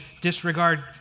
disregard